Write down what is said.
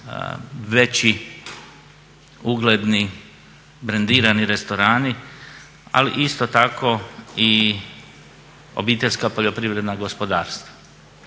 veći ugledni, brendirani restorani. Ali isto tako i obiteljska poljoprivredna gospodarstva.